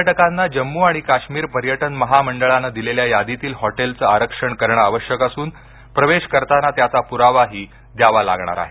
पर्यटकांना जम्मू आणि काश्मीर पर्यटन महामंडळानं दिलेल्या यादीतील हॉटेलचं आरक्षण करण आवश्यक असून प्रवेश करताना त्याचा पुरावाही द्यावा लागणार आहे